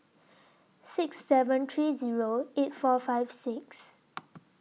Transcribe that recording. six seven three Zero eight four five six